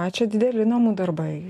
na čia dideli namų darbai